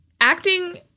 acting